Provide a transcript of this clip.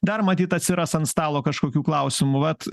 dar matyt atsiras ant stalo kažkokių klausimų vat